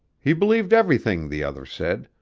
he believed everything the other said,